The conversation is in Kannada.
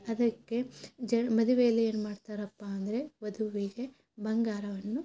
ಅದಕ್ಕೆ ಜ ಮದುವೆಯಲ್ಲಿ ಏನು ಮಾಡ್ತಾರಪ್ಪ ಅಂದರೆ ವಧುವಿಗೆ ಬಂಗಾರವನ್ನು